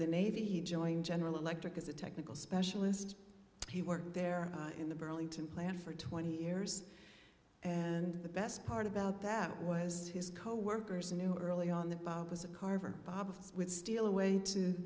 the navy he joined general electric as a technical specialist he worked there in the burlington plant for twenty years and the best part about that was his coworkers knew early on that bob was a carver bob would steal away to